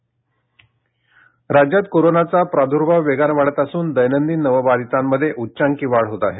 राज्य कोविड राज्यात कोरोनाचा प्रार्द्भाव वेगानं वाढत असून दैनंदिन नवबाधितांमध्ये उच्चांकी वाढ होत आहे